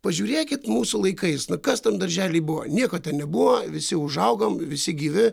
pažiūrėkit mūsų laikais na kas tam daržely buvo nieko ten nebuvo visi užaugom visi gyvi